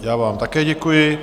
Já vám také děkuji.